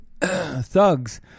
thugs—